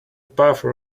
buffer